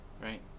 right